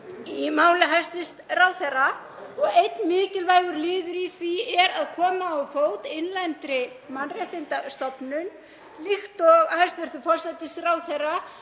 í máli hæstv. ráðherra. Einn mikilvægur liður í því er að koma á fót innlendri mannréttindastofnun, eins og hæstv. forsætisráðherra